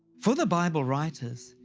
for the bible writers,